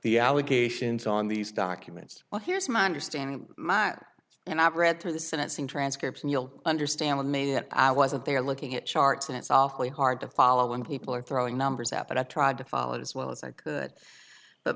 the allegations on these documents well here's my understanding my and i've read through the senate seen transcripts and you'll understand with me that i wasn't there looking at charts and it's awfully hard to follow when people are throwing numbers out but i tried to follow it as well as i could but